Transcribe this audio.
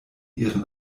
ihren